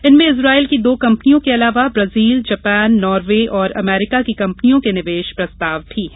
इनमें ईजराइल की दो कंपनियों के अलावा ब्राजील जापान नार्वे और अमेरिका की कंपनियों के निवेश प्रस्ताव भी है